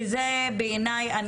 שזה בעיניי,